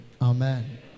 Amen